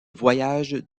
voyage